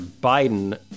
Biden